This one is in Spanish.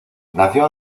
nació